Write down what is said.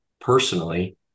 personally